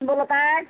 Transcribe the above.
बोला काय